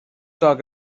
talk